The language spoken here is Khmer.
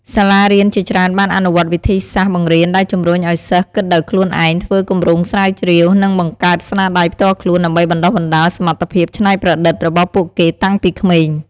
សាលារៀនជាច្រើនបានអនុវត្តវិធីសាស្ត្របង្រៀនដែលជំរុញឱ្យសិស្សគិតដោយខ្លួនឯង ធ្វើគម្រោងស្រាវជ្រាវ និងបង្កើតស្នាដៃផ្ទាល់ខ្លួន ដើម្បីបណ្ដុះបណ្ដាលសមត្ថភាពច្នៃប្រឌិតរបស់ពួកគេតាំងពីក្មេង។